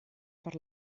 per